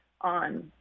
on